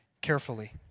carefully